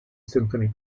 symphony